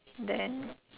then